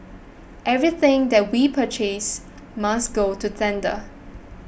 everything that we purchase must go to tender